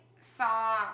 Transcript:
saw